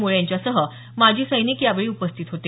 मुळे यांच्यासह माजी सैनिक यावेळी उपस्थित होते